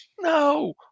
No